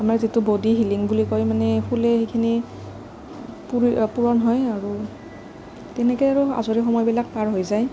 আমাৰ যিটো body healing বুলি কয় মানে শুলে সেইখিনি পূৰণ হয় আৰু তেনেকৈ আৰু আজৰি সময়বিলাক পাৰ হৈ যায়